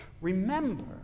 Remember